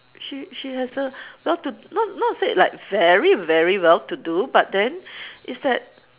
she she has a well to not not said like very very well to do but then it's that